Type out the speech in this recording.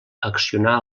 accionar